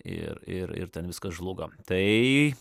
ir ir ir ten viskas žlugo tai